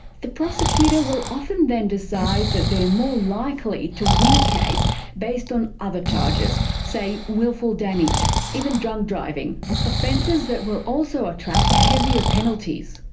the prosecutor will often then decide that they're more likely to win a case based on other charges say wilful damage, even drunk driving offences that will also attract heavier penalties.